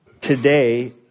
today